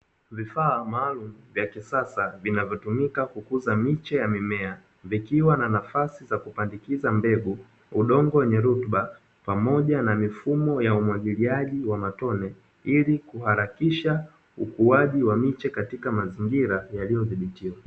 Vifaa maalum vya kisasa vinavyotumika kukuza miche ya mimea vikiwa na nafasi za kupandikiza mbegu, udongo wenye rutuba pamoja na mifumo ya umwagiliaji wa matone; ili kuharakisha ukuaji wa miche katika mazingira yaliyodhibitiwa.